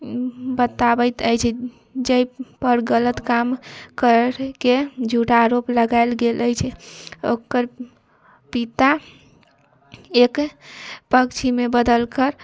बताबैत अछि जाहिपर गलत काम करैके झूठा आरोप लगायल गेल अछि ओकर पिता एक पक्षीमे बदलि कर